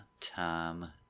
time